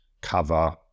cover